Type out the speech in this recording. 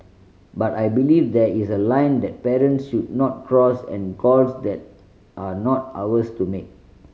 but I believe there is a line that parents should not cross and calls that are not ours to make